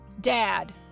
Dad